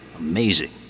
Amazing